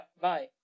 Bye